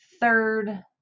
third